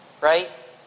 right